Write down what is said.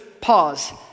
pause